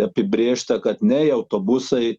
apibrėžta kad nei autobusai